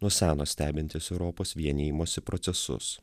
nuo seno stebintis europos vienijimosi procesus